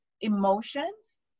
emotions